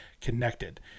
connected